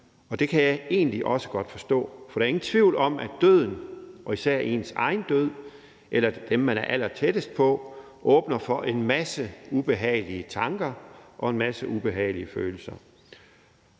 og det kan jeg egentlig også godt forstå, for der er ingen tvivl om, at døden og især ens egen død eller ens nærmestes død åbner for en masse ubehagelige tanker og en masse ubehagelige følelser.